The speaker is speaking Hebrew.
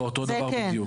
זה אותו דבר כמו שם.